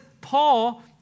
Paul